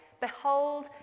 behold